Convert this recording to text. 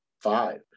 Five